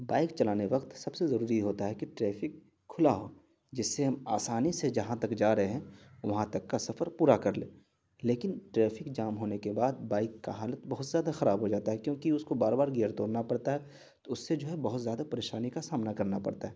bike چلانے وقت سب سے ضروری یہ ہوتا ہے کہ ٹریفک کھلا ہو جس سے ہم آسانی سے جہاں تک جا رہے ہیں وہاں تک کا سفر پورا کر لے لیکن ٹریفک جام ہونے کے بعد بائک کا حالت بہت زیادہ خراب ہو جاتا ہے کیونکہ اس کو بار بار گیئر توڑنا پڑتا ہے تو اس سے جو ہے بہت زیادہ پریشانی کا سامنا کرنا پڑتا ہے